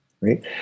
right